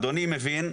אדוני מבין.